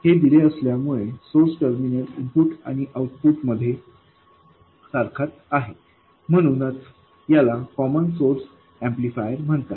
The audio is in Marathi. हे दिले असल्यामुळे सोर्स टर्मिनल इनपुट आणि आउटपुट मध्ये सारखेच आहे म्हणूनच याला कॉमन सोर्स ऍम्प्लिफायर म्हणतात